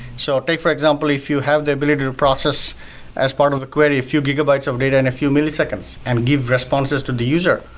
so take for example if you have the ability to process as part of the query a few gigabytes of data in a few milliseconds and give responses to the user.